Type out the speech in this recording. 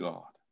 God